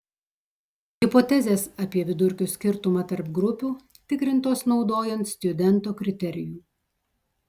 hipotezės apie vidurkių skirtumą tarp grupių tikrintos naudojant stjudento kriterijų